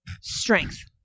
Strength